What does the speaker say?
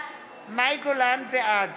בעד